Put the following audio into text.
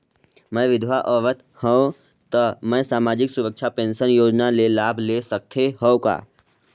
मैं विधवा औरत हवं त मै समाजिक सुरक्षा पेंशन योजना ले लाभ ले सकथे हव का?